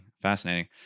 fascinating